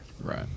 right